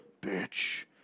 bitch